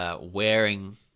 Wearing